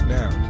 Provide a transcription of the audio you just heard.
now